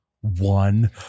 one